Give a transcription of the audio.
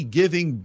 giving